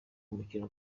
umukino